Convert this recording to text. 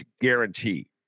guarantee